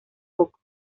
poco